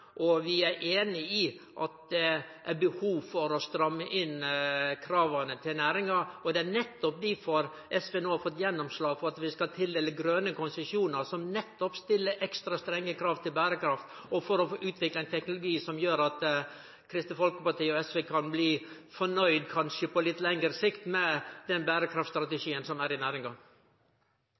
Vi er einige i at det er behov for å stramme inn krava til næringa. Det er nettopp derfor SV no har fått gjennomslag for at vi skal tildele grøne konsesjonar som stiller ekstra strenge krav til berekraft, og for å utvikle ein teknologi som gjer at Kristeleg Folkeparti og SV kan bli nøgde – kanskje på litt lengre sikt – med den berekraftstrategien som er i næringa.